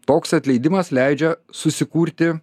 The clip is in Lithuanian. toks atleidimas leidžia susikurti